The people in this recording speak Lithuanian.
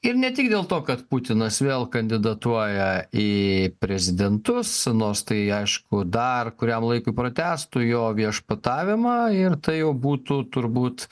ir ne tik dėl to kad putinas vėl kandidatuoja į prezidentus nors tai aišku dar kuriam laikui pratęstų jo viešpatavimą ir tai jau būtų turbūt